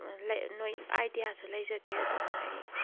ꯑꯥꯏꯗꯤꯌꯥꯁꯨ ꯂꯩꯖꯗꯦ ꯑꯗꯨꯅ ꯑꯩ